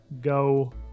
go